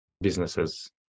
businesses